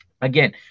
Again